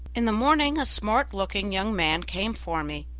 in the morning a smart-looking young man came for me.